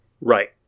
Right